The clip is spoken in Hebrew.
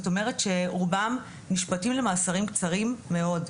זאת אומרת שרובם נשפטים למאסרים קצרים מאוד.